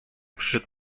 przyszedł